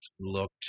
looked